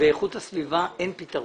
ואיכות הסביבה אין פתרון.